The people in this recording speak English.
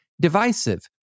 divisive